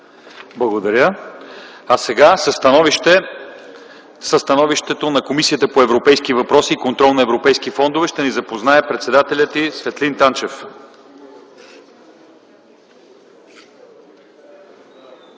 Благодаря. Сега със становището на Комисията по европейските въпроси и контрол на европейските фондове ще ни запознае председателят й Светлин Танчев.